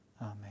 Amen